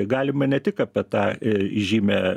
galima ne tik apie tą įžymią